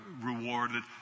rewarded